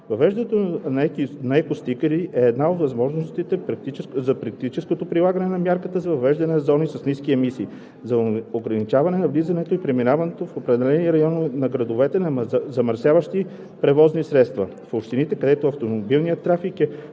Въвеждането на екостикери е една от възможностите за практическото прилагане на мярката за въвеждане на зони с ниски емисии за ограничаване на влизането и преминаването в определени райони на градовете на замърсяващи превозни средства. В общините, където автомобилният трафик е